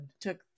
took